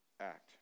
act